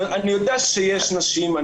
אני יודע שיש נשים.